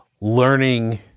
learning